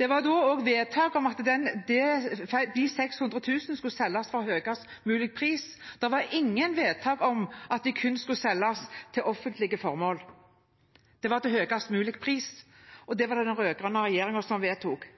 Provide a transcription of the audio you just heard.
Det var også vedtak om at disse 600 000 dekar skulle selges til høyest mulig pris. Det var ingen vedtak om at de kun skulle selges til offentlige formål. Det var til høyest mulig pris. Det var det den rød-grønne regjeringen som vedtok,